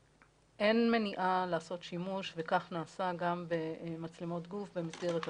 אין מניעה לעשות שימוש וכך נעשה גם במצלמות גוף במסגרת הפס"ד.